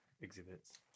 exhibits